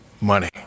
money